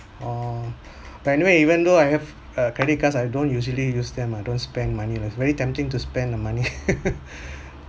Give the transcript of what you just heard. oh but anyway even though I have uh credit cards I don't usually use them I don't spend money lah it's very tempting to spend the money